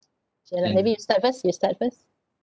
K lah maybe you start first you start first